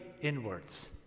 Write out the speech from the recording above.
inwards